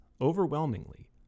overwhelmingly